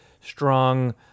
strong